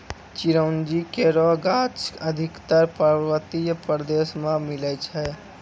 चिरौंजी केरो गाछ अधिकतर पर्वतीय प्रदेश म मिलै छै